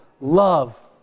love